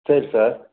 சரி சார்